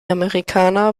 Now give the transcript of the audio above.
amerikaner